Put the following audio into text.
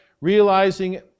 realizing